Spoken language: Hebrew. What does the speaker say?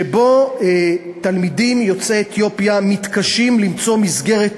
שבו תלמידים יוצאי אתיופיה מתקשים למצוא מסגרת